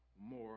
more